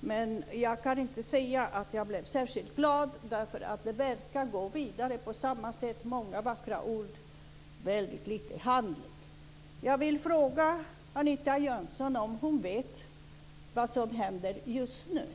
Men jag kan inte säga att jag blev särskilt glad. Det verkar nämligen gå vidare på samma sätt: många vackra ord, väldigt lite handling. Jag vill fråga Anita Jönsson om hon vet vad som händer just nu.